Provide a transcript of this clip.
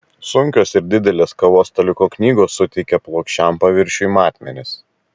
sunkios ir didelės kavos staliuko knygos suteikia plokščiam paviršiui matmenis